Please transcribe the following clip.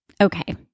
Okay